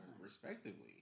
respectively